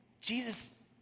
Jesus